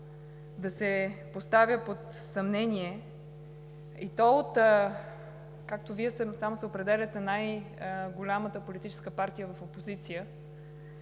да се поставя под съмнение, и то от – както Вие сами се определяте, най-голямата политическа партия в опозиция,